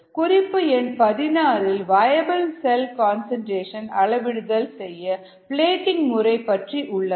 குறிப்பு எண் 16 இல் வயபிள் செல் கன்சன்ட்ரேஷன் அளவிடுதல் செய்ய பிளேடிங் முறை பற்றி உள்ளது